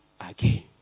again